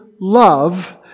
love